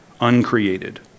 uncreated